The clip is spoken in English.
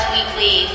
Weekly –